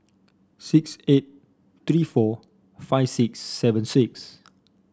six eight three four five six seven six